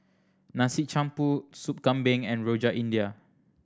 Nasi Campur Sup Kambing and Rojak India